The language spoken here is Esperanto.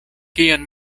kion